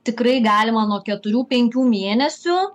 tikrai galima nuo keturių penkių mėnesių